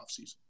offseason